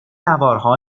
نوارها